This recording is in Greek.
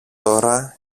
τώρα